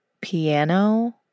piano